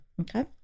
Okay